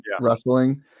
wrestling